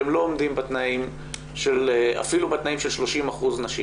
שהם לא עומדים אפילו בתנאים של 30% נשים.